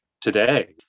today